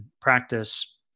practice